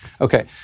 Okay